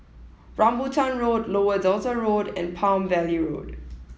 Rambutan Road Lower Delta Road and Palm Valley Road